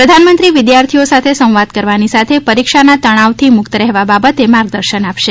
પ્રધાનમંત્રી વિદ્યાર્થીઓ સાથે સંવાદ કરવાની સાથે પરીક્ષાના તનાવથી મુકત રહેવા બાબતે માર્ગદર્શન આપશે